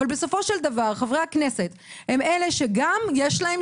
אבל בסופו של דבר חברי הכנסת הם אלה שגם יש להם